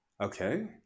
Okay